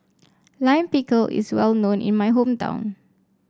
Lime Pickle is well known in my hometown